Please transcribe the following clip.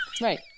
Right